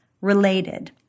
related